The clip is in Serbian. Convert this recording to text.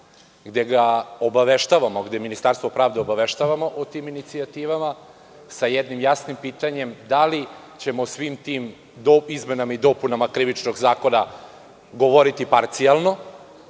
Ministarstvu pravde, gde Ministarstvo pravde obaveštavamo o tim inicijativama sa jednim jasnim pitanjem – da li ćemo svim tim izmenama i dopunama Krivičnog zakona govoriti parcijalno